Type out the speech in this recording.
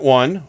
one